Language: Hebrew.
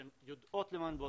שהן יודעות למה הן באות,